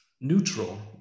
neutral